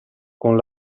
con